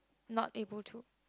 not able to